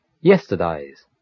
yesterdays